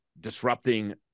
disrupting